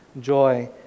joy